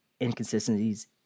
inconsistencies